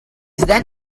then